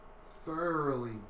thoroughly